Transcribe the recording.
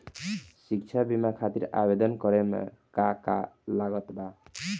शिक्षा बीमा खातिर आवेदन करे म का का लागत बा?